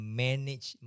manage